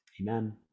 amen